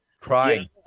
Crying